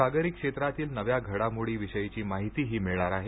सागरी क्षेत्रातील नव्या घडामोडी विषयीची माहितीही मिळणार आहे